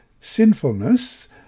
sinfulness